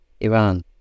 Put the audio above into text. Iran